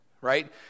right